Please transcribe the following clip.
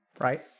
Right